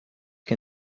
can